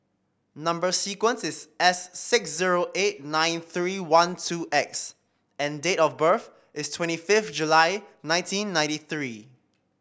number sequence is S six zero eight nine three one two X and date of birth is twenty fifth July nineteen ninety three